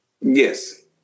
Yes